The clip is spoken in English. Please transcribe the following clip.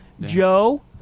Joe